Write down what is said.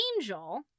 angel